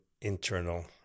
internal